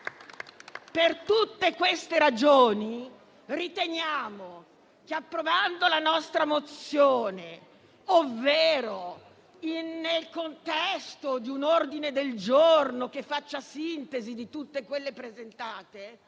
Per tutte queste ragioni riteniamo che, approvando la nostra mozione, ovvero nel contesto di un ordine del giorno che faccia sintesi di tutte quelle presentate,